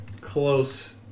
close